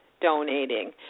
donating